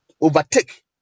overtake